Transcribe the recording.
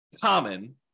common